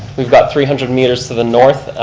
we've got three hundred meters to the north,